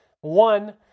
One